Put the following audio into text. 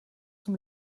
zum